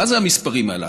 מה זה המספרים הללו?